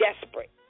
desperate